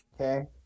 Okay